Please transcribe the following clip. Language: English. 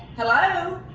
hello?